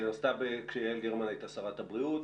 היא נעשתה כשיעל גרמן הייתה שרת הבריאות.